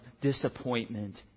disappointment